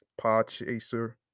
Podchaser